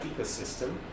ecosystem